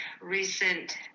recent